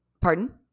Pardon